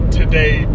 today